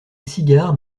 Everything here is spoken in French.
cigares